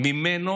וממנו